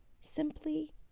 simply